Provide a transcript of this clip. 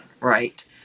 right